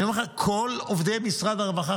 אני אומר לך: כל עובדי משרד הרווחה,